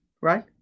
Right